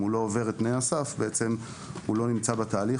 אם הוא לא עובר את תנאי הסף אז הוא לא נכנס לתהליך,